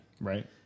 Right